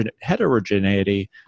heterogeneity